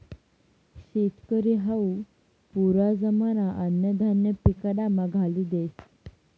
शेतकरी हावू पुरा जमाना अन्नधान्य पिकाडामा घाली देस